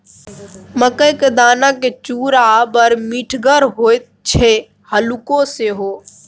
मकई क दानाक चूड़ा बड़ मिठगर होए छै हल्लुक सेहो